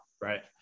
Right